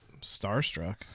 Starstruck